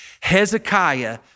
Hezekiah